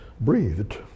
breathed